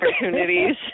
opportunities